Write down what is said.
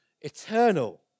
eternal